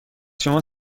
شما